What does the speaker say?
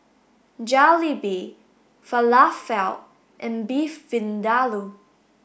Jalebi Falafel and Beef Vindaloo